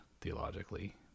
theologically